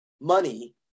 money